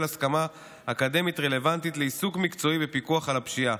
הסמכה אקדמית רלוונטית לעיסוק מקצועי בפיקוח על הפשיעה.